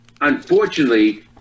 unfortunately